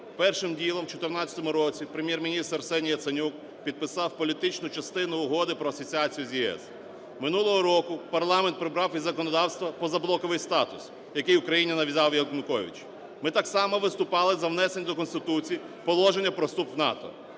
Першим ділом в 14-му році Прем'єр-міністр Арсеній Яценюк підписав політичну частину Угоди про асоціацію з ЄС. Минулого року парламент прибрав із законодавства позаблоковий статус, який Україні нав'язав Янукович. Ми так само виступали за внесення до Конституції положення про вступ в НАТО.